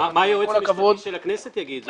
עם כל הכבוד --- מה היועץ המשפטי של הכנסת יגיד?